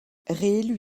réélu